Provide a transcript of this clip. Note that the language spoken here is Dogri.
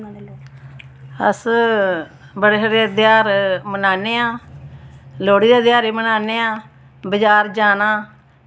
अस बड़े सारे तेहार मनान्ने आं लोह्ड़ी दा तेहार बी मनान्ने आं बजार जाना